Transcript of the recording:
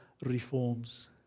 reforms